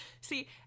See